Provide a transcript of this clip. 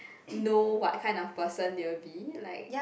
know what kind of person they will be like